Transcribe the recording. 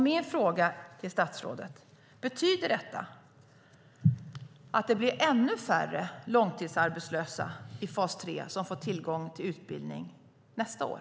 Min fråga till statsrådet är: Betyder detta att det blir ännu färre långtidsarbetslösa i fas 3 som får tillgång till utbildning nästa år?